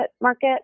market